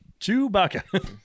Chewbacca